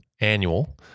annual